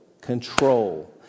control